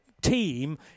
team